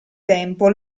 tempo